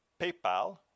PayPal